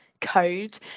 code